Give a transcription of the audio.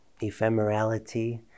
ephemerality